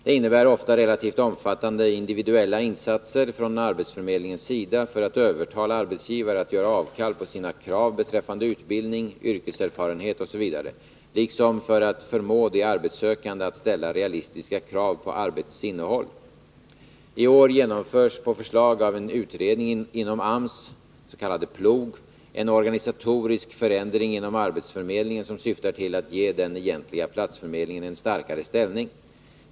Det innebär ofta relativt omfattande individuella insatser från arbetsförmedlingens sida för att övertala arbetsgivare att göra avkall på sina krav beträffande utbildning, yrkeserfarenhet osv. liksom för att förmå de arbetssökande att ställa realistiska krav på arbetets innehåll. I år genomförs på förslag av en utredning inom AMS — kallad PLOG — en organisatorisk förändring inom arbetsförmedlingen som syftar till att ge den egentliga platsförmedlingen en starkare ställning.